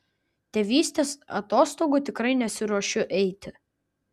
tėvystės atostogų tikrai nesiruošiu eiti